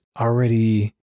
already